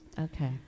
Okay